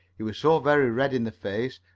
he was so very red in the face,